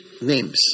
names